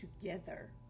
together